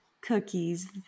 cookies